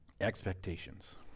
expectations